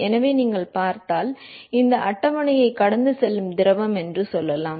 எனவே நீங்கள் பார்த்தால் இந்த அட்டவணையை கடந்து செல்லும் திரவம் என்று சொல்லலாம்